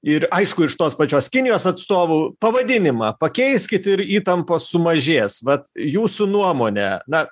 ir aišku iš tos pačios kinijos atstovų pavadinimą pakeiskit ir įtampos sumažės vat jūsų nuomone na